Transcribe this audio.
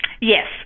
Yes